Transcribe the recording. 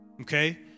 okay